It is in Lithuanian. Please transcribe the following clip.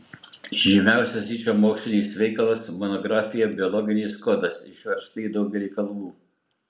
žymiausias yčo mokslinis veikalas monografija biologinis kodas išversta į daugelį kalbų